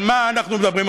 על מה אנחנו מדברים?